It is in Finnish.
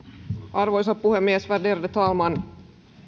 arvoisa puhemies värderade talman